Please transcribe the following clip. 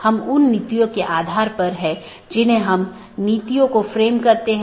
एक IBGP protocol है जो कि सब चीजों से जुड़ा हुआ है